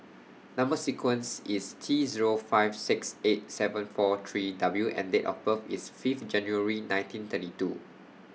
Number sequence IS T Zero five six eight seven four three W and Date of birth IS Fifth January nineteen thirty two